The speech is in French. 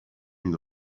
une